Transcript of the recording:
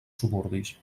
suburbis